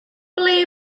ble